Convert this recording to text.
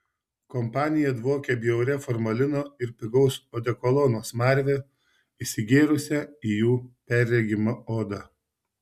kompanija dvokė bjauria formalino ir pigaus odekolono smarve įsigėrusią į jų perregimą odą